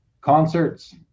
concerts